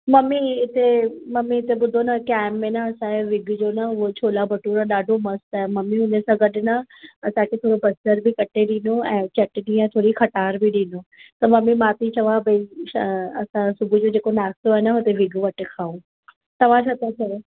mummy हिते mummy हिते ॿुधो ना कैंप में न असांए विघजो न हो छोला भटूरा ॾाढो मस्तु आहे मम्मी हुन सां गॾु न असांखे थोरो बसरि बि कटे ॾींदो ऐं चटणी ऐं थोरी खटाण बि ॾींदो त मम्मी मां थी चवां पई छा असांजो सुबुह जो जेको नाश्तो आहे ना हुते विघ वटि खाऊं तव्हां छा था चओ